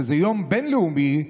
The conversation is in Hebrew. שהוא יום בין-לאומי,